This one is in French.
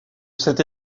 cette